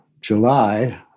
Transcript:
July